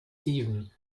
steven